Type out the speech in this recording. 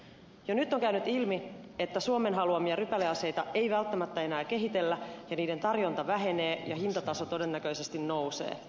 jo nyt on käynyt ilmi että suomen haluamia rypäleaseita ei välttämättä enää kehitellä ja niiden tarjonta vähenee ja hintataso todennäköisesti nousee